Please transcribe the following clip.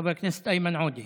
חבר הכנסת איימן עודה,